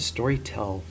Storytell